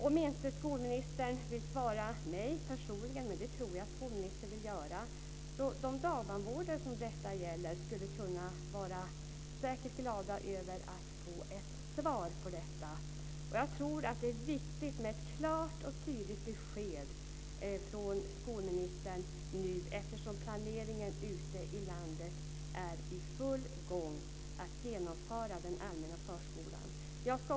Om inte skolministern vill svara mig personligen - men det tror jag att skolministern vill göra - skulle de dagbarnvårdare som detta gäller säkert bli glada över att få ett svar på den frågan. Jag tror att det är viktigt med ett klart och tydligt besked från skolministern eftersom planeringen med att genomföra den allmänna förskolan ute i landet är i full gång.